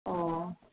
अ